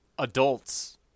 Adults